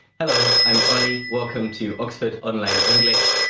hello. i'm oli. welcome to oxford online english!